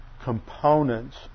Components